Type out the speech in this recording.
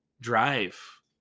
drive